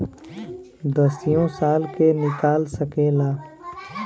दसियो साल के निकाल सकेला